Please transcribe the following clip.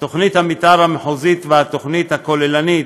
תוכנית המתאר המחוזית והתוכנית הכוללנית,